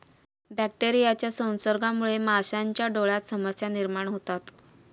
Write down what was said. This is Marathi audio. बॅक्टेरियाच्या संसर्गामुळे माशांच्या डोळ्यांत समस्या निर्माण होतात